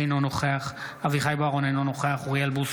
אינו נוכח אביחי אברהם בוארון,